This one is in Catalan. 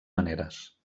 maneres